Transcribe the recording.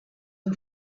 her